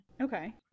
Okay